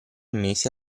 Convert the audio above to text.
mesi